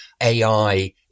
AI